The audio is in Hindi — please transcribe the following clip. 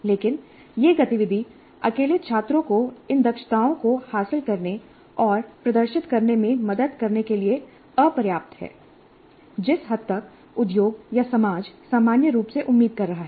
लेकिन यह गतिविधि अकेले छात्रों को इन दक्षताओं को हासिल करने और प्रदर्शित करने में मदद करने के लिए अपर्याप्त है जिस हद तक उद्योग या समाज सामान्य रूप से उम्मीद कर रहा है